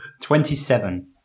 Twenty-seven